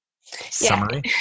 summary